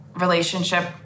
relationship